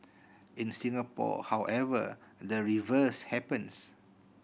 in Singapore however the reverse happens